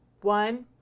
One